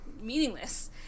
meaningless